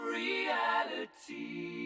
reality